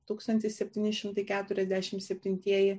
tūkstantis septyni šimtai keturiasdešimt septintieji